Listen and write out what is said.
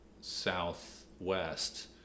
southwest